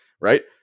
right